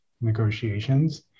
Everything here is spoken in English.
negotiations